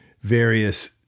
various